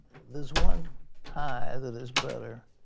there is one high that is better,